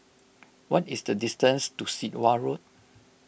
what is the distance to Sit Wah Road